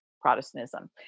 Protestantism